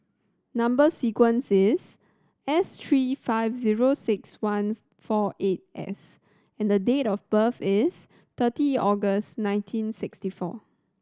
number sequence is S three five zero six one four eight S and date of birth is thirty August nineteen sixty four